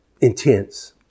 intense